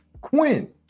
Quinn